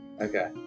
Okay